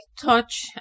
touch